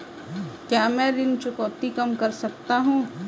क्या मैं ऋण चुकौती कम कर सकता हूँ?